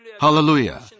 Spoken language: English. Hallelujah